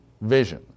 vision